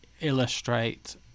illustrate